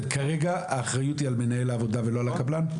--- כרגע האחריות היא על מנהל העבודה ולא על הקבלן?